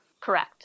Correct